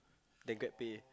than Grabpay